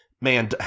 man